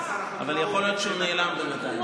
אבל יכול להיות שהוא נעלם בינתיים.